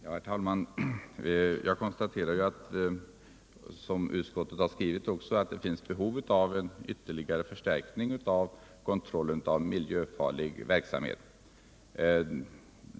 Herr talman! Jag konstaterar, vilket utskottet också skrivit, att det finns behov av ytterligare förstärkning av kontrollen av miljöfarlig verksamhet.